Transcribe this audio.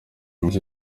minsi